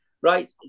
Right